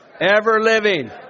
ever-living